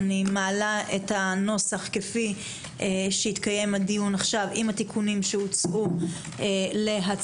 אני מעלה את הנוסח כפי שהתקיים הדיון עכשיו עם התיקונים שהוצגו להצבעה.